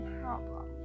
problem